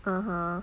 (uh huh)